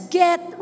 get